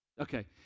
Okay